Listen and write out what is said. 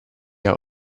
out